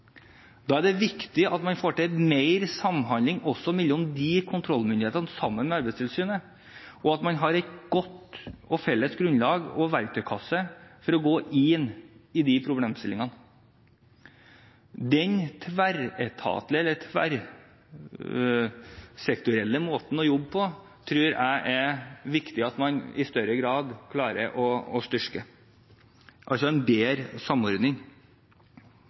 Da er det viktig at man får til mer samhandling mellom de kontrollmyndighetene, sammen med Arbeidstilsynet, og at man har et godt og felles grunnlag og en verktøykasse for å gå inn i de problemstillingene. Den tverretatlige eller tverrsektorielle måten å jobbe på tror jeg det er viktig at man i større grad klarer å styrke – altså en bedre samordning.